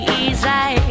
easy